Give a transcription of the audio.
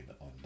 on